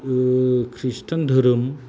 ख्रिस्टान धोरोम